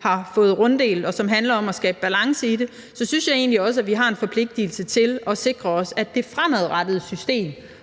har fået runddelt, og som handler om at skabe balance i det, synes jeg egentlig også, at vi har en forpligtigelse til at sikre os, at systemet fremadrettet også